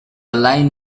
line